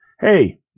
Hey